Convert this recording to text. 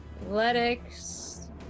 Athletics